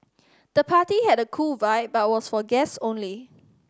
the party had a cool vibe but was for guest only